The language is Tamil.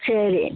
சரி